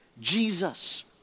Jesus